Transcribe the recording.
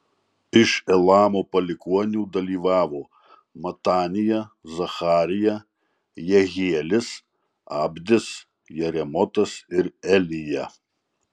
iš elamo palikuonių dalyvavo matanija zacharija jehielis abdis jeremotas ir elija